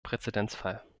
präzedenzfall